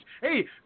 hey